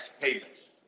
payments